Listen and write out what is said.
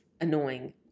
annoying